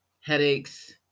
headaches